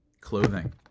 Clothing